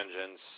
engines